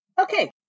Okay